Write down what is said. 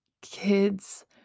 kids